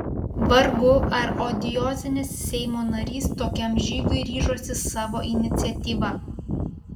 vargu ar odiozinis seimo narys tokiam žygiui ryžosi savo iniciatyva